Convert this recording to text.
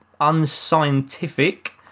unscientific